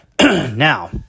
Now